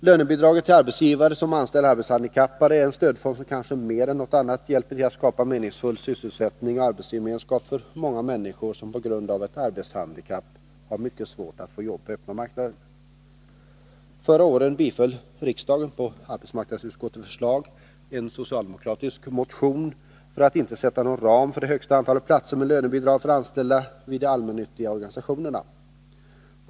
Lönebidraget till arbetsgivare som anställer arbetshandikappade är en stödform som kanske mer än någon annan hjälper till att skapa meningsfull sysselsättning och arbetsgemenskap för många människor, som på grund av ett arbetshandikapp har mycket svårt att få jobb på den öppna marknaden. Förra året biföll riksdagen, på arbetsmarknadsutskottets förslag, en socialdemokratisk motion om att inte sätta någon ram för högsta antalet platser med lönebidrag för anställda vid de allmännyttiga organisationerna.